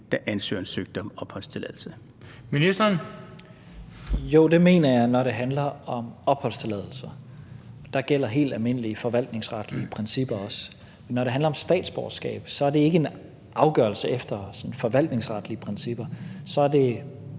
integrationsministeren (Mattias Tesfaye): Jo, det mener jeg, når det handler om opholdstilladelser, for der gælder helt almindelige, forvaltningsretlige principper også. Når det handler om statsborgerskab, er det ikke en afgørelse efter forvaltningsretlige principper, så er det,